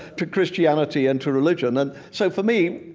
to christianity and to religion. and so for me,